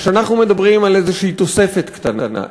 כשאנחנו מדברים על איזו תוספת קטנה,